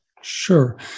Sure